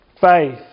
faith